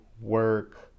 work